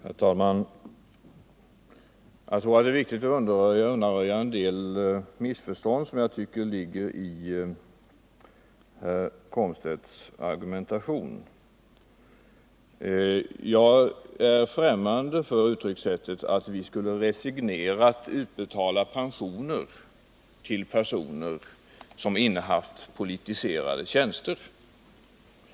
Herr talman! Jag tycker att det är viktigt att undanröja en del missförstånd som tycks ligga bakom Wiggo Komstedts argumentation. Jag är främmande för uttryckssättet att vi resignerat skulle utbetala pensioner till personer som innehaft politiserade tjänster.